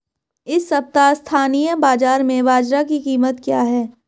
इस सप्ताह स्थानीय बाज़ार में बाजरा की कीमत क्या है?